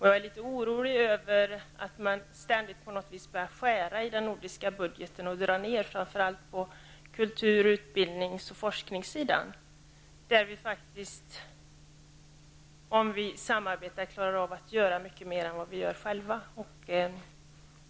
Jag är litet orolig över att man börjar skära i den nordiska budgeten och drar ner på framför allt kultur-, utbildnings och forskningssidan, där vi, om vi samarbetar, klarar av att göra mycket mer än vad vi gör själva.